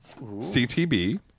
ctb